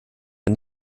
man